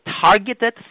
targeted